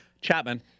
Chapman